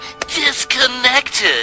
disconnected